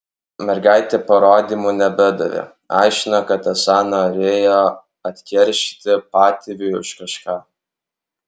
mergaitė parodymų nebedavė aiškino kad esą norėjo atkeršyti patėviui už kažką